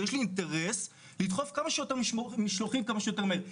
יש לי אינטר לדחוף כמה שיותר משלוחים כמה שיותר מהר.